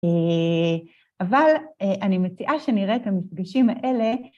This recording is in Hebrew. אבל אני מציעה שנראה את המפגשים האלה